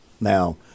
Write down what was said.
Now